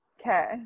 Okay